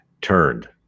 turned